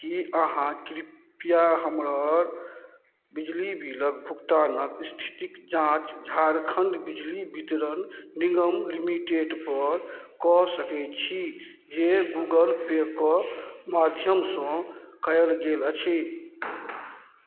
कि अहाँ कृपया हमर बिजली बिलके भुगतानके इस्थितिके जाँच झारखण्ड बिजली वितरण निगम लिमिटेडपर कऽ सकै छी जे गूगल पेके माध्यमसँ कएल गेल अछि